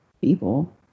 people